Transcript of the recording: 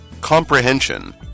Comprehension